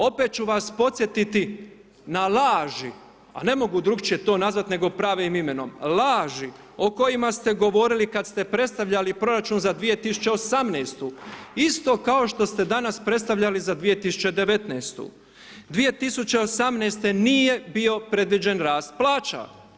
Opet ću vas podsjetiti na laži, a ne mogu drugačije to nazvati nego pravim imenom, laži o kojima ste govorili kada ste predstavljali proračun za 2018. isto kao što ste danas predstavljali za 2019. 2018. nije bio predviđen rasta plaća.